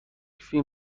خواهی